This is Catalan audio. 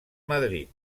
madrid